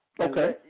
Okay